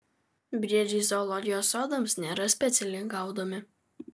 briedžiai zoologijos sodams nėra specialiai gaudomi